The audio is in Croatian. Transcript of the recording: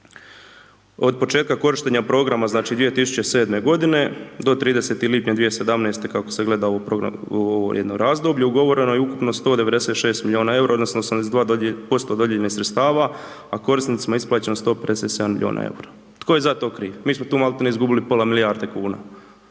od početka korištenja programa znači 2007. godine do 30. lipnja 2017., kako se gleda u ovom jednom razdoblju ugovoreno je ukupno 196 milijuna eura, odnosno 82% dodijeljenih sredstava, a korisnicima je isplaćeno 157 milijuna eura. Tko je za to kriv? Mi smo tu maltene izgubili pola milijarde kuna.